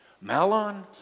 Malon